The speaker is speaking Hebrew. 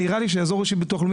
נראה לי שהאזור האישי בביטוח לאומי